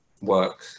work